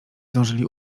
zdążyli